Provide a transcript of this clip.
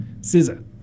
Scissor